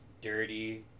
dirty